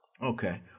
Okay